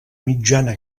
mitjana